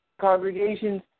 congregations